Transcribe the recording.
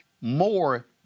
more